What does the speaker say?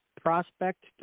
prospect